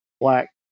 black